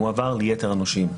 מועבר ליתר הנושים.